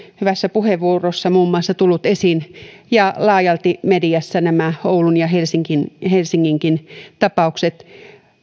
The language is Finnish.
hyvässä puheenvuorossa tulleet esiin ja laajalti mediassa nämä oulun ja helsinginkin tapaukset